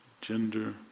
gender